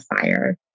fire